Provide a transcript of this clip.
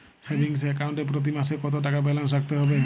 Savings account এ প্রতি মাসে কতো টাকা ব্যালান্স রাখতে হবে?